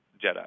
Jedi